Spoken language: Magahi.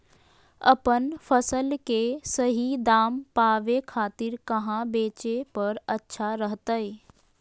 अपन फसल के सही दाम पावे खातिर कहां बेचे पर अच्छा रहतय?